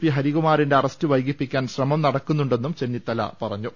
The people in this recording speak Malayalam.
പി ഹരികുമാറിന്റെ അറസ്റ്റ് വൈകിപ്പിക്കാൻ ശ്രമം നടക്കുന്നു ണ്ടെന്നും ചെന്നിത്തല പറഞ്ഞു